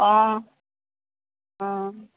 অঁ অঁ